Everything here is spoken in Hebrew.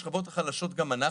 בשביל זה אנחנו כאן.